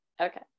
Okay